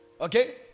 okay